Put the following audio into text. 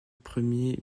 premier